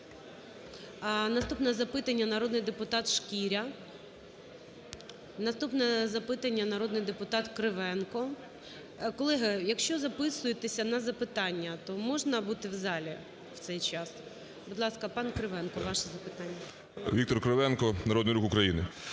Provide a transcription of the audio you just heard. Наступне запитання - народний депутатШкіря. Наступне запитання - народний депутат Кривенко. Колеги, якщо записуєтеся на запитання, то можна бути в залі в цей час? Будь ласка, пан Кривенко, ваше запитання. 13:08:09 КРИВЕНКО В.М. Віктор Кривенко, Народний Рух України.